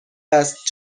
است